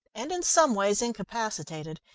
and in some ways, incapacitated.